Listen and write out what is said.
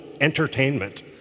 entertainment